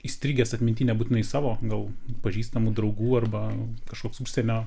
įstrigęs atminty nebūtinai savo gal pažįstamų draugų arba kažkoks užsienio